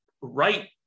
right